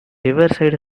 riverside